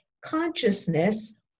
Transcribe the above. consciousness